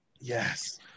Yes